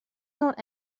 not